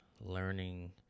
learning